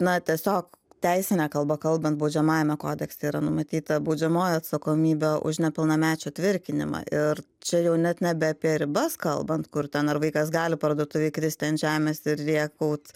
na tiesiog teisine kalba kalbant baudžiamajame kodekse yra numatyta baudžiamoji atsakomybė už nepilnamečio tvirkinimą ir čia jau net nebe apie ribas kalbant kur ten ar vaikas gali parduotuvėj kristi ant žemės ir rėkaut